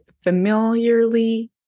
familiarly